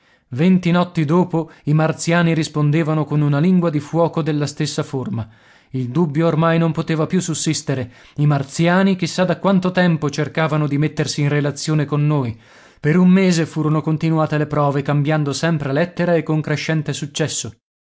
venti notti dopo i martiani rispondevano con una lingua di fuoco della stessa forma il dubbio ormai non poteva più sussistere i martiani chissà da quanto tempo cercavano di mettersi in relazione con noi per un mese furono continuate le prove cambiando sempre lettera e con crescente successo